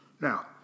Now